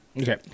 Okay